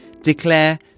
declare